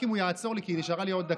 רק אם הוא יעצור לי, כי נשארה לי עוד דקה.